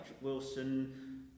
Wilson